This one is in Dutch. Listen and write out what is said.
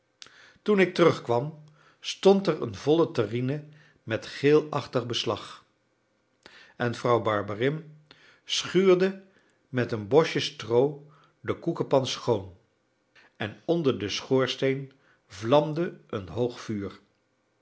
toen ik terugkwam stond er eene volle terrine met geelachtig beslag en vrouw barberin schuurde met een bosje stroo de koekepan schoon en onder den schoorsteen vlamde een hoog vuur